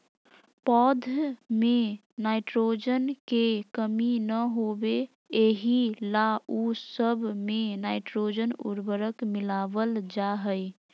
पौध में नाइट्रोजन के कमी न होबे एहि ला उ सब मे नाइट्रोजन उर्वरक मिलावल जा हइ